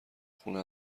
خونه